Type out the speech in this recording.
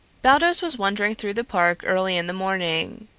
baldos was wandering through the park early in the morning.